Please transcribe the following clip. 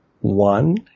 one